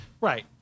Right